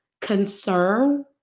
concern